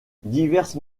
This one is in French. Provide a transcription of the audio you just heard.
diverses